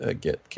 get